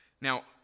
Now